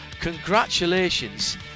Congratulations